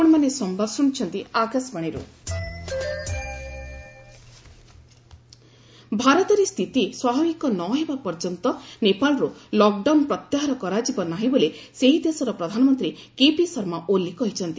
Nepal lockdown ଭାରତରେ ସ୍ଥିତି ସ୍ୱାଭାବିକ ନହେବା ପର୍ଯ୍ୟନ୍ତ ନେପାଳରୁ ଲକ୍ଡାଉନ୍ ପ୍ରତ୍ୟାହାର କରାଯିବ ନାହିଁ ବୋଲି ସେହି ଦେଶର ପ୍ରଧାନମନ୍ତ୍ରୀ କେପି ଶର୍ମା ଓଲି କହିଛନ୍ତି